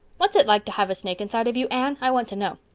whats it like to have a snake inside of you, anne. i want to know.